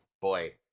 boy